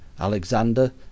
Alexander